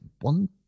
one